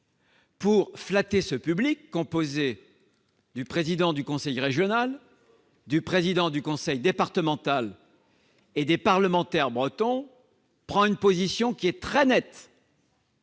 s'exprimait- public composé du président du conseil régional, d'un président de conseil départemental et de parlementaires bretons -, a pris une position très nette.